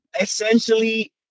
essentially